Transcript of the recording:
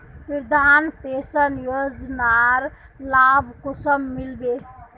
वृद्धा पेंशन योजनार लाभ कुंसम मिलबे?